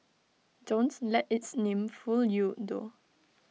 don't let its name fool you though